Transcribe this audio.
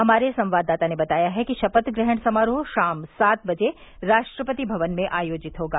हमारे संवाददाता ने बताया है कि शपथग्रहण समारोह शाम सात बजे राष्ट्रपति भवन में आयोजित होगा